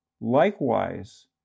Likewise